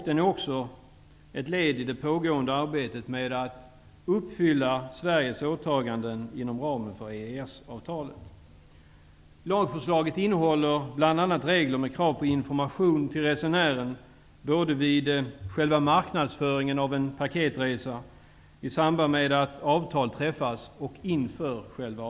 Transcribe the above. Det är också ett led i det pågående arbetet med att uppfylla Sveriges åtaganden inom ramen för EES Lagförslaget innehåller bl.a. regler med krav på information till resenären vid själva marknadsföringen av en paketresa, i samband med att avtal träffas och inför avresan.